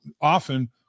often